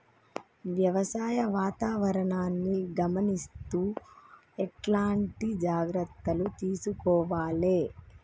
వ్యవసాయ వాతావరణాన్ని గమనిస్తూ ఎట్లాంటి జాగ్రత్తలు తీసుకోవాలే?